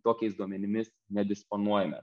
tokiais duomenimis nedisponuojame